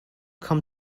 come